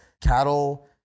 cattle